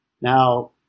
Now